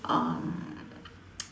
um